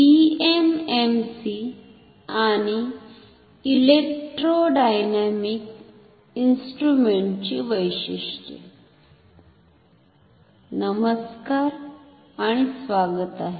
PMMC आणि electrodynamic इंस्ट्रुमेंटची वैशिष्ट्ये नमस्कार आणि स्वागत आहे